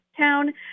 town